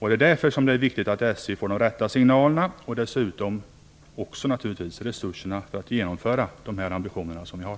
Det är därför som det är viktigt att SJ får de rätta signalerna och dessutom, naturligtvis, resurserna för att genomföra de ambitioner som vi har.